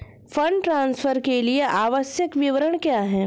Fund transfer के लिए आवश्यक विवरण क्या हैं?